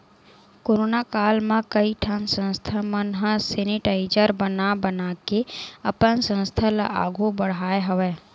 corona काल म कइ ठन संस्था मन ह सेनिटाइजर बना बनाके अपन संस्था ल आघु बड़हाय हवय